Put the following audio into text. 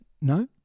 No